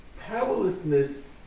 powerlessness